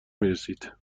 میرسد